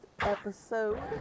episode